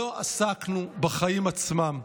לא עסקנו בחיים עצמם.